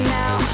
now